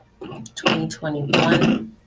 2021